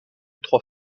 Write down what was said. trois